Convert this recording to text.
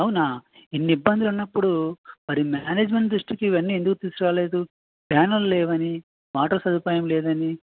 అవునా ఇన్ని ఇబ్బందులు ఉన్నప్పుడు మరి మేనేజ్మెంట్ దృష్టికి ఇవి అన్నీ ఎందుకు తీసుకురాలేదు ఫ్యాన్లు లేవు అని వాటర్ సదుపాయం లేదు అని